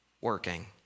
working